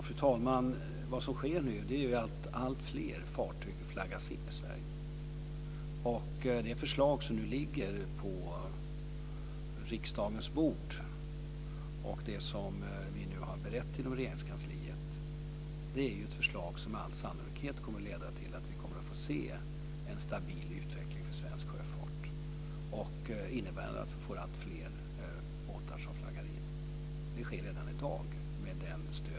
Fru talman! Alltfler fartyg flaggas in i Sverige. Det förslag som ligger på riksdagens bord, som vi har berett inom Regeringskansliet, kommer med all sannolikhet att leda till att vi kommer att få se en stabil utveckling för svensk sjöfart, innebärande att alltfler båtar kommer att flaggas in.